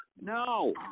No